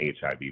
HIV